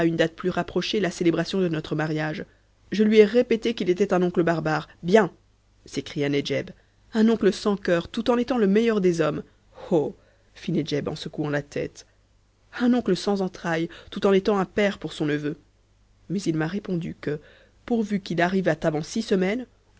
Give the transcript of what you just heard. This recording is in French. date plus rapprochée la célébration de notre mariage je lui ai répété qu'il était un oncle barbare bien s'écria nedjeb un oncle sans coeur tout en étant le meilleur des hommes oh fit nedjeb en secouant la tête un oncle sans entrailles tout en étant un père pour son neveu mais il m'a répondu que pourvu qu'il arrivât avant six semaines